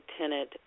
Lieutenant